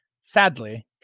sadly